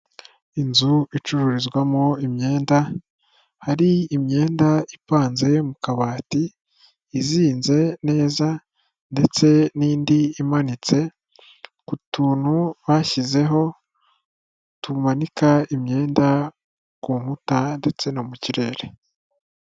Inzu icururizwamo imyenda hari imyenda ivanze mu kabati izinze neza ndetse n'indi imanitse ku tuntu bashyizeho tumanika imyenda ku nkuta ndetse no mu kirere.